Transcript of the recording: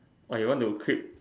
orh you want to quit